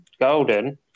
golden